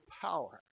power